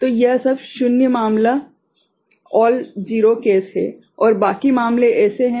तो यह सब शून्य मामला है और बाकी मामले ऐसे हैं